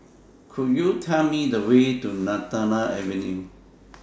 Could YOU Tell Me The Way to Lantana Avenue